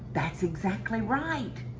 that's exactly right.